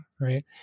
right